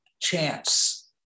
chance